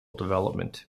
development